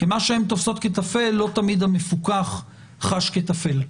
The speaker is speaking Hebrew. כי מה שהן תופסות כטפל לא תמיד המפוקח חש כטפל.